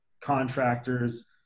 contractors